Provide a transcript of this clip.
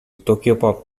tokyopop